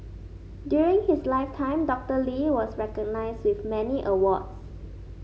during his lifetime Doctor Lee was recognised with many awards